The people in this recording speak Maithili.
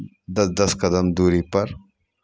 दस दस कदम दूरीपर